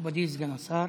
מכובדי סגן השר.